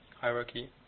hierarchy